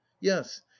yes